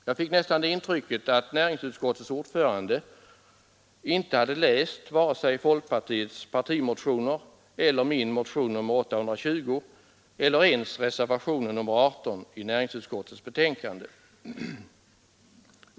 Jag fick nästan intrycket att näringsutskottets ordförande inte hade läst vare sig folkpartiets partimotioner eller min motion 820 eller ens reservationen 18 i näringsutskottets betänkande.